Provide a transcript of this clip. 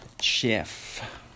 Chef